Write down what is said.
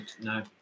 No